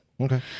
Okay